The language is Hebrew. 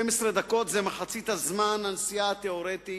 12 דקות זה מחצית זמן הנסיעה התיאורטי